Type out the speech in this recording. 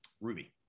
Ruby